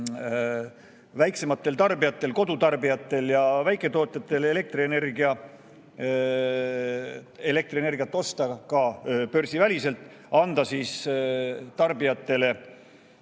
väiksematel tarbijatel, kodutarbijatel ja väiketootjatel, elektrienergiat osta ka börsiväliselt, anda tarbijatele